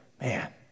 man